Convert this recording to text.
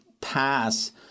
pass